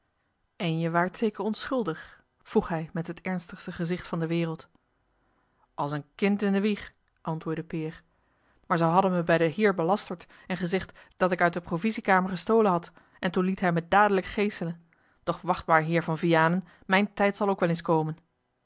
en je waart zeker onschuldig vroeg hij met het ernstigste gezicht van de wereld als een kind in de wieg antwoordde peer maar ze hadden mij bij den heer belasterd en gezegd dat ik uit de provisiekamer gestolen had en toen liet hij me dadelijk geeselen doch wacht maar heer van vianen mijn tijd zal ook wel eens komen